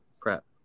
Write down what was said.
Prep